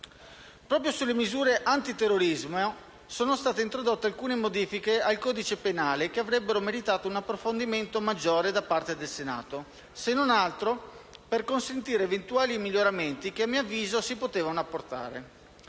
Proprio sulle misure antiterrorismo sono state introdotte alcune modifiche al codice penale, che avrebbero meritato un approfondimento maggiore da parte del Senato, se non altro per consentire eventuali miglioramenti che a mio avviso si potevano apportare.